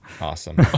Awesome